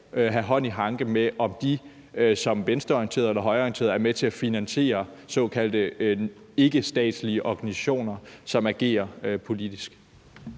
have hånd i hanke med, om de som venstreorienterede eller højreorienterede er med til at finansiere såkaldt ikkestatslige organisationer, som agerer politisk.